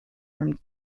from